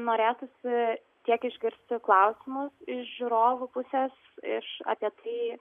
norėtųsi tiek išgirsti klausimus iš žiūrovų pusės iš apie tai